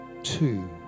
Two